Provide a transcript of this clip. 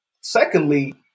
Secondly